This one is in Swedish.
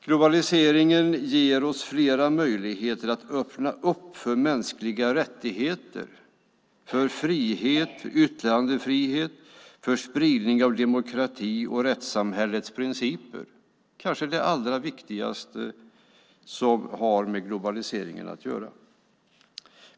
Globaliseringen ger oss flera möjligheter att öppna upp för mänskliga rättigheter, för frihet, yttrandefrihet och för spridning av demokrati och rättssamhällets principer. Det är kanske det allra viktigaste med globaliseringen.